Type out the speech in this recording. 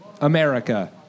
America